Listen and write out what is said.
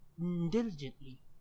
diligently